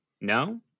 No